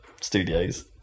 studios